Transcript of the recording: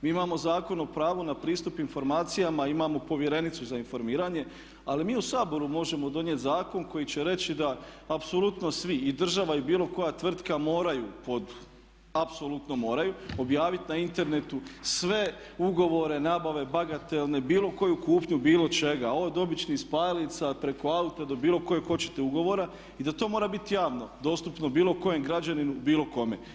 Mi imamo Zakon o pravu na pristup informacijama, imamo povjerenicu za informiranje ali mi u Saboru možemo donijeti zakon koji će reći da apsolutno svi i država i bilo koja tvrtka moraju, apsolutno moraju objaviti na internetu sve ugovore, nabave bagatelne, bilo koju kupnju bilo čega od običnih spajalica preko auta do bilo kojeg hoćete ugovora i da to mora biti javno, dostupno bilo kojem građaninu bilo kome.